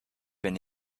been